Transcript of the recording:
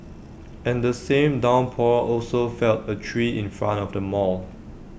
and the same downpour also felled A tree in front of the mall